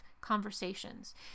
conversations